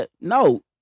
No